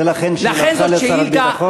ולכן, מהי שאלתך לשר הביטחון?